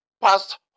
past